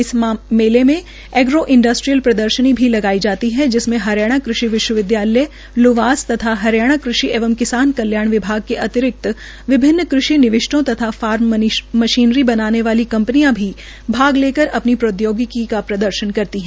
इस मेले में एग्रो इंडस्ट्रियल प्रदर्शनी भी लगाई जाती है जिसमें हरियाणा कृषि विश्वविदयालय लुवास तथा हरियाणा कृषि एवं किसान कल्याण विभाग के अतिरिक्त विभिन्न कृषि निविष्टों तथा फार्म मशीनरी बनाने वाली कंपनियां भी भाग लेकर अपनी प्रौद्योगिकी का प्रदर्शन करती हैं